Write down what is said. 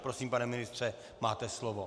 Prosím, pane ministře, máte slovo.